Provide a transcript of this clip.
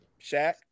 Shaq